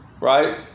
right